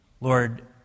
Lord